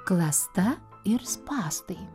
klasta ir spąstai